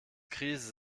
krise